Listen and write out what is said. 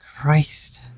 Christ